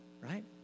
right